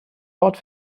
wort